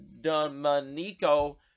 Domenico